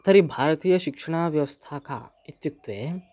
तर्हि भारतीयशिक्षणाव्यवस्था का इत्युक्ते